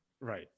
Right